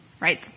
right